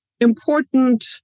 important